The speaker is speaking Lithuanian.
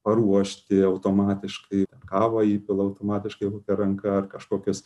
paruošti automatiškai kavą įpila automatiškai kokia ranka ar kažkokias